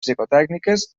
psicotècniques